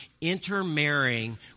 intermarrying